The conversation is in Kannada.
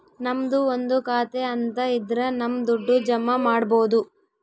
ನಮ್ದು ಒಂದು ಖಾತೆ ಅಂತ ಇದ್ರ ನಮ್ ದುಡ್ಡು ಜಮ ಮಾಡ್ಬೋದು